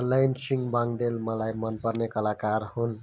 लैनसिँह वाङ्देल मलाई मनपर्ने कलाकार हुन्